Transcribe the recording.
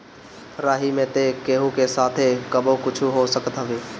राही में तअ केहू के साथे कबो कुछु हो सकत हवे